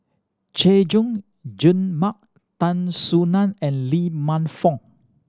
Chay Jung Jun Mark Tan Soo Nan and Lee Man Fong